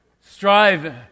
strive